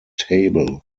table